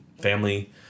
family